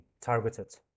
targeted